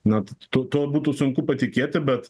net tu to būtų sunku patikėti bet